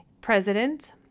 president